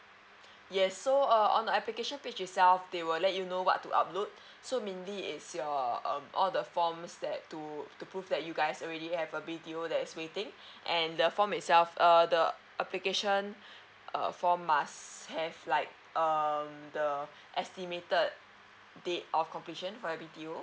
yes so err on the application page itself they will let you know what to upload so mainly it's your um all the forms that to to prove that you guys already have a B_T_O that is waiting and the form itself err the application err form must have like um the estimated date of completion for your B_T_O